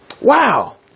Wow